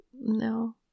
no